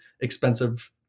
expensive